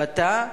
ואתה כממשלה,